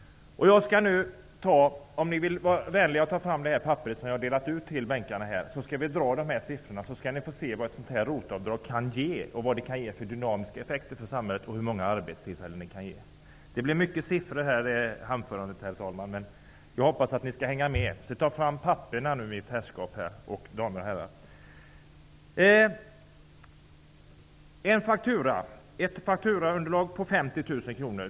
Om ni vill vara vänliga och ta fram de papper som jag har delat ut i bänkarna, så skall ni få se vad ett ROT-avdrag kan ge dels för de dynamiska effekterna för samhället och dels för antalet arbetstillfällen. Herr talman! Anförandet kommer att innehålla många siffror. Men jag hoppas att ni skall hänga med. Ta fram papperet mitt herrskap, damer och herrar!